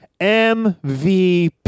MVP